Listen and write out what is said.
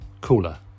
cooler